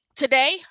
Today